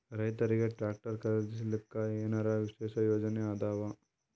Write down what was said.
ರೈತರಿಗೆ ಟ್ರಾಕ್ಟರ್ ಖರೀದಿಸಲಿಕ್ಕ ಏನರ ವಿಶೇಷ ಯೋಜನೆ ಇದಾವ?